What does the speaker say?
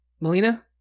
Melina